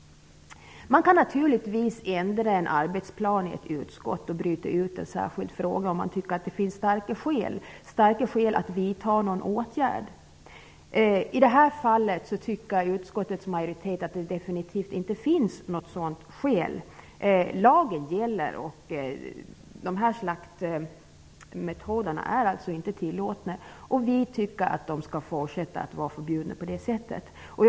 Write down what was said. Det går naturligtvis att ändra en arbetsplan i ett utskott och bryta ut en särskild fråga om det finns starka skäl att vidta någon åtgärd. I det här fallet tycker utskottets majoritet att det definitivt inte finns något sådant skäl. Lagen gäller. Slaktmetoderna är inte tillåtna. Vi tycker att de skall fortsätta att vara förbjudna. Fru talman!